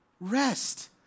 Rest